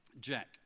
Jack